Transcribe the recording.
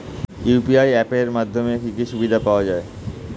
UPI app এর মাধ্যমে কি কি সুবিধা পাওয়া যায়?